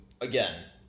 again